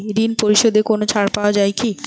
ঋণ পরিশধে কোনো ছাড় পাওয়া যায় কি?